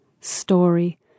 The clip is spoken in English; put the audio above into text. story